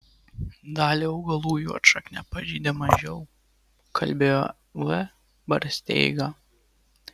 dalį augalų juodšaknė pažeidė mažiau kalbėjo v barsteiga